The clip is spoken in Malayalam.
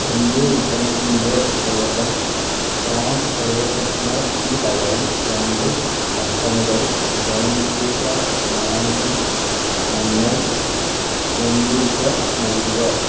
എന്റെ ഉൽപ്പന്നത്തിന്റെ ഓർഡർ ഫ്രാങ്ക് എയർ ഫ്രെഷ്നർ ന് പകരം രണ്ട് കർട്ടനുകൾ ബോംബൂച്ച മാങ്ങ മഞ്ഞൾ കൊമ്പൂച്ച നൽകുക